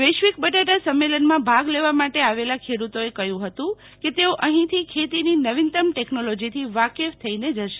વૈશ્વિક બટાટા સંમેલનમાં ભાગ લેવા માટે આવેલા ખેડૂતોએ કહ્યું હતું કે તેઓ અહીંથી ખેતીની નવીનતમ ટેકોલોજીથી વાકેફ થઈને જશે